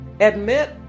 admit